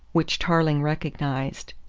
which tarling recognised.